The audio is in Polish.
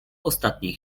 ostatniej